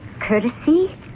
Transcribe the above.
courtesy